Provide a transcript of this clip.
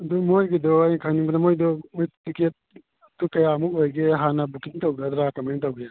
ꯑꯗꯨ ꯃꯣꯏꯒꯤꯗꯣ ꯑꯩꯅ ꯈꯟꯕꯗ ꯃꯈꯣꯏꯗꯣ ꯇꯤꯛꯀꯦꯠ ꯀꯌꯥꯃꯨꯛ ꯂꯩꯕꯒꯦ ꯍꯥꯟꯅ ꯕꯨꯛꯀꯤꯡ ꯇꯧꯒꯗ꯭ꯔꯥ ꯀꯃꯥꯏ ꯇꯧꯒꯦ